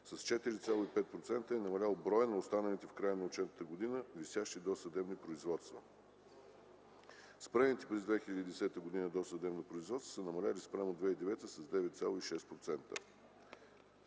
с 4,5% броят на останалите в края на отчетната година висящи досъдебни производства. Спрените през 2010 г. досъдебни производства са намалели спрямо 2009 г. с 9,6%,